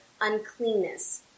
uncleanness